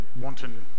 wanton